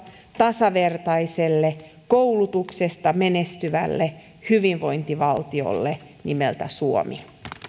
tasavertaiselle koulutuksesta menestyvälle hyvinvointivaltiolle nimeltä suomi